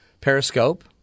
Periscope